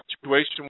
situation